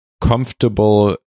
comfortable